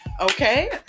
Okay